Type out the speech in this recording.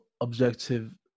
objective